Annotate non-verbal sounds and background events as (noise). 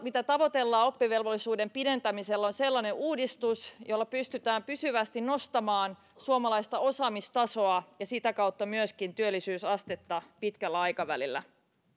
(unintelligible) mitä tavoitellaan oppivelvollisuuden pidentämisellä on sellainen uudistus jolla pystytään pysyvästi nostamaan suomalaista osaamistasoa ja sitä kautta myöskin työllisyysastetta pitkällä aikavälillä